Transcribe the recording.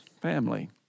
family